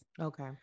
Okay